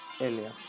earlier